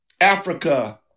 Africa